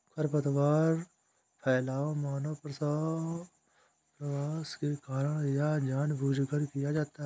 खरपतवार फैलाव मानव प्रवास के कारण या जानबूझकर किया जाता हैं